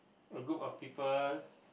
a group of people